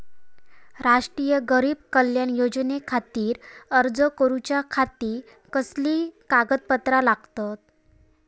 राष्ट्रीय गरीब कल्याण योजनेखातीर अर्ज करूच्या खाती कसली कागदपत्रा लागतत?